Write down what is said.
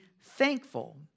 thankful